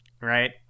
right